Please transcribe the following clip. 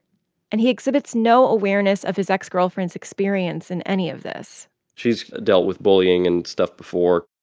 and he exhibits no awareness of his ex-girlfriend's experience in any of this she's dealt with bullying and stuff before.